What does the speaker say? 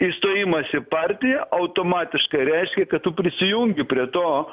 įstojimas į partiją automatiškai reiškia kad tu prisijungi prie to